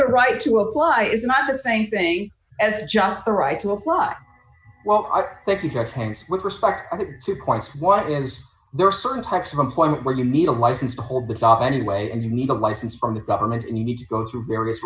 the right to apply is not the same thing as just the right to apply well i think that's hands with respect to points what is there are certain types of employment where you need a license to hold the thought anyway and you need a license from the government and you need to go through various